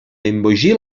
embogir